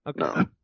Okay